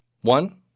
One